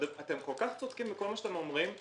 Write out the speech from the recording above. אתם כל כך צודקים במה שאתם אומרים,